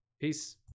peace